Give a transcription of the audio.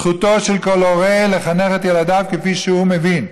זכותו של כל הורה לחנך את ילדיו כפי שהוא מבין,